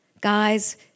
Guys